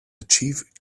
achieve